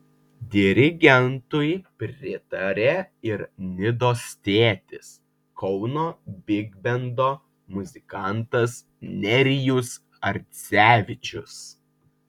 dirigentui pritarė ir nidos tėtis kauno bigbendo muzikantas nerijus ardzevičius